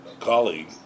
colleague